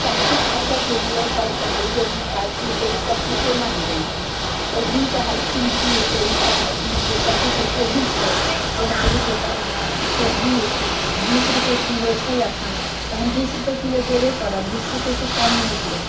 सब्जी खरिदऽ गेलिए तऽ कहलिए हुनका कि से ई सब्जी कोना देबै अहाँ तऽ हुँ कहलखिन कि से ई तऽ ई जे सब्जी छै कोबी छै जेना आलू छै तऽ कोबी बीस रुपैए किलो छै एखन तऽ हम बीस रुपैए किलो देबे करब बीस रुपैएसँ कम नहि देब